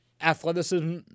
Athleticism